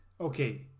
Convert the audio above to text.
Okay